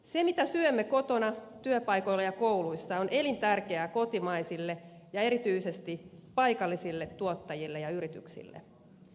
se mitä syömme kotona työpaikoilla ja kouluissa on elintärkeää kotimaisille ja erityisesti paikallisille tuottajille ja yrityksille